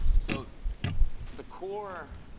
so the core